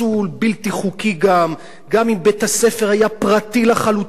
גם אם בית-הספר היה פרטי לחלוטין ולא היה מקבל שקל מהמדינה,